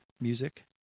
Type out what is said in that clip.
music